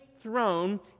throne